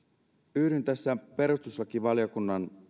yhdyn tässä perustuslakivaliokunnan